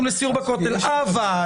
לסיור בכותל --- אתה לא נותן את התשובה.